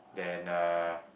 then uh